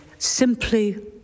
Simply